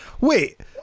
wait